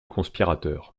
conspirateurs